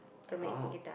oh